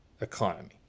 economy